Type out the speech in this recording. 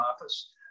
office